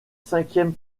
cinquième